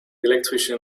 electrician